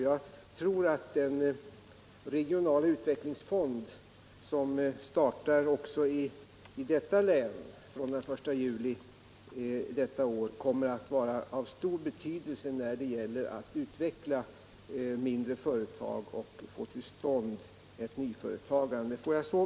Jag tror att den regionala utvecklingsfond som startar också i detta län att trygga fortsatt verksamhet inom tekoindustrin från den 1 juli i år kommer att vara av stor betydelse när det gäller att utveckla mindre företag och få till stånd ett nyföretagande.